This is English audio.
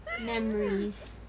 memories